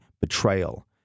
betrayal